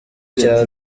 cya